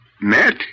Matt